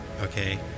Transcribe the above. okay